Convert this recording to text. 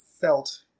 felt